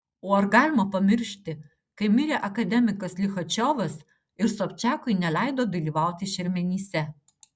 o ar galima pamiršti kai mirė akademikas lichačiovas ir sobčiakui neleido dalyvauti šermenyse